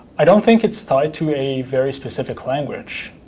i don't think it's tied to a very specific language.